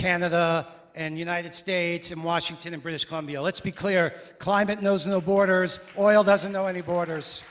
canada and united states in washington and british columbia let's be clear climate knows no borders oil doesn't know any borders